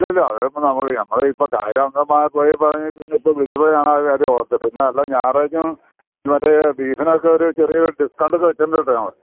ഇല്ല ഇല്ല അത് നമ്മളേ നമ്മള് ഇപ്പോള് കാര്യം പോരെ പറഞ്ഞാല് വീട്ടില് പോയി കാണാന് ഒരു കാര്യം ഓർത്തത് പിന്നല്ലാ ഞായറാഴ്ച മറ്റേ ബീഫിനൊക്കെ ഒരു ചെറിയ ഡിസ്കൗണ്ടൊക്കെ വച്ചിട്ടുണ്ട് കെട്ടോ നമ്മള്